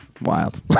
wild